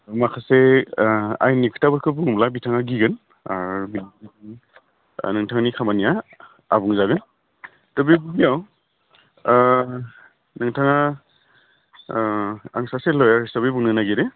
माखासे आयेननि खोथाफोरखौ बुङोब्ला बिथाङा गिगोन नोंथांनि खामानिया आबुं जागोन दा बे बुब्लियाव नोंथाङा आं सासे लयार हिसाबै बुंनो नागिरो